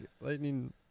lightning